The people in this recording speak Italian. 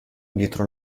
dietro